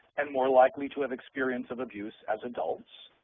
and more likely to have experience of abuse as adults.